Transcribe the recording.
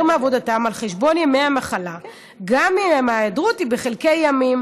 מעבודתם על חשבון ימי המחלה גם אם ההיעדרות היא בחלקי ימים,